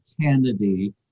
Kennedy